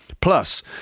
Plus